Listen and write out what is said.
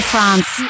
France